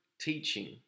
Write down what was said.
teaching